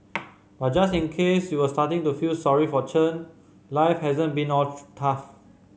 but just in case you were starting to feel sorry for Chen life hasn't been all tough